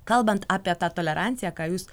kalbant apie tą toleranciją ką jūs